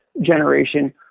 generation